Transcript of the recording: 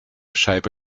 scheibe